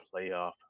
playoff